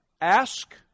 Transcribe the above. Ask